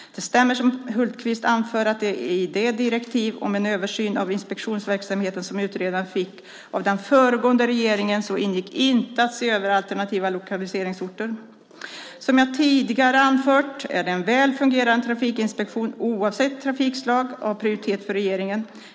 Det stämmer som Hultqvist anför att det i det direktiv om en översyn av inspektionsverksamheten som utredaren fick av den föregående regeringen inte ingick att se över alternativa lokaliseringsorter. Som jag tidigare anfört har en väl fungerande trafikinspektion, oavsett trafikslag, prioritet för regeringen.